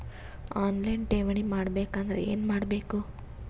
On line ಠೇವಣಿ ಮಾಡಬೇಕು ಅಂದರ ಏನ ಮಾಡಬೇಕು?